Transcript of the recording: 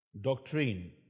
doctrine